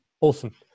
awesome